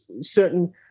certain